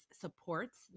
supports